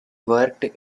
worked